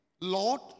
Lord